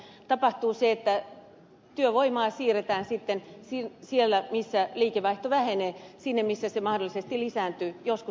toisin sanoen tapahtuu se että työvoimaa siirretään sitten sieltä missä liikevaihto vähenee sinne missä se mahdollisesti lisääntyy joskus sunnuntaihin